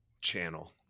channel